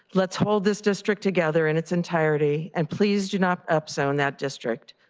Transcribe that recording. let's hold this district together in its entirety and please do not upsell net district.